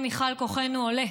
מיכל רוזין ותמר זנדברג.